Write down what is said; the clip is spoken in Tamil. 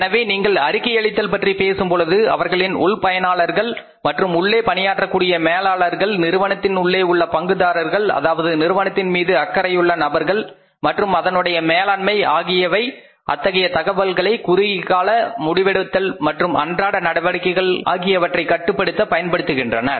எனவே நீங்கள் அறிக்கையளித்தல் பற்றி பேசும்பொழுது அவர்களின் உள்பயனாளர்கள் மற்றும் உள்ளே பணியாற்றக்கூடிய மேலாளர்கள் நிறுவனத்தின் உள்ளே உள்ள பங்குதாரர்கள் அதாவது நிறுவனத்தின்மீது அக்கறையுள்ள நபர்கள் மற்றும் அதனுடைய மேலாண்மை ஆகியவை அத்தகைய தகவல்களை குறுகியகால முடிவெடுத்தல் மற்றும் அன்றாட நடவடிக்கைகளை கட்டுப்படுத்த பயன்படுத்துகின்றனர்